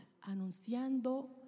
Anunciando